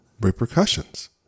repercussions